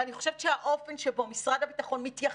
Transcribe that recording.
אבל אני חושבת שהאופן שבן משרד הביטחון מתייחס